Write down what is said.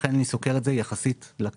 לכן אני סוקר את זה יחסית לכחול.